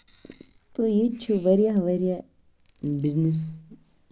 تہٕ ییٚتہِ چھِ واریاہ واریاہ بِزنٮ۪س